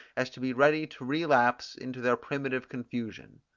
as to be ready to relapse into their primitive confusion.